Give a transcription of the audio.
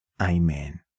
Amen